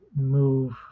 move